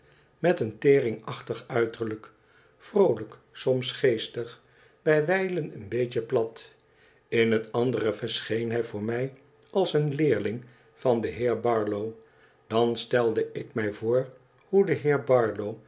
met een teringachtig uiterlijk vroolijk soms geestig bij wijlen een beetje plat in het andere ver schoen hij voor mij als een leerling van den heer barlow dan stelde ik mij voor hoe de